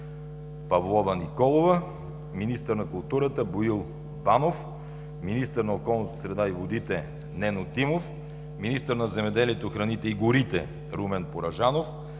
Павлова Николова, министър на културата – Боил Банов, министър на околната среда и водите – Нено Тимов, министър на земеделието, храните и горите – Румен Порожанов,